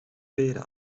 peren